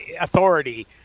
authority